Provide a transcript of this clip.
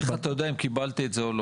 איך אתה יודע אם קיבלתי את זה או לא?